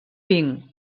vinc